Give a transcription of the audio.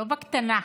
לא בקטנה,